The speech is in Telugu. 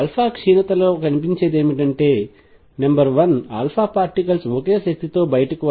క్షీణత లో కనిపించేదేమిటంటే నెంబర్ 1 ఆల్ఫా పార్టికల్స్ ఒకే శక్తితో బయటకు వస్తాయి